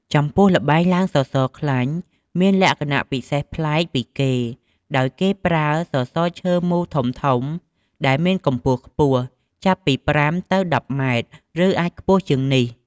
ចំពោះល្បែងឡើងសសរខ្លាញ់មានលក្ខណៈពិសេសប្លែកពីគេ ដោយគេប្រើប្រាស់ សសរឈើមូលធំៗ ដែលមានកម្ពស់ខ្ពស់ ចាប់ពី ៥ ទៅ ១០ ម៉ែត្រ ឬអាចខ្ពស់ជាងនេះ។